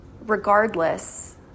Regardless